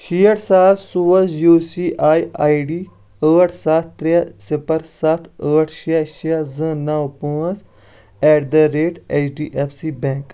شیٹھ ساس سوز U C I I D ٲٹھ سَتھ ترٛے صِپر سَتھ ٲٹھ شیٚے شیٚے زٕ نو پانٛژھ at the rate H D F C bank